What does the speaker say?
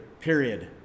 period